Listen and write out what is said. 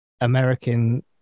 American